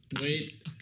Wait